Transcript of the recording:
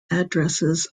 addresses